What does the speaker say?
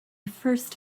first